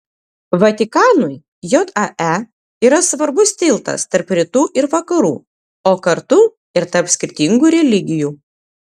vatikanui jae yra svarbus tiltas tarp rytų ir vakarų o kartu ir tarp skirtingų religijų